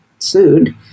sued